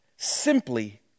Simply